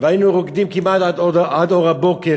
והיינו רוקדים כמעט עד אור הבוקר,